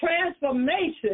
transformation